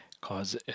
cause